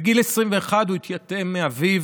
בגיל 21 הוא התייתם מאביו